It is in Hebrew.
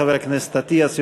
חבר הכנסת אטיאס,